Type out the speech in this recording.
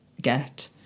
get